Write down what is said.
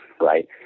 right